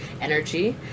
energy